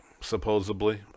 Supposedly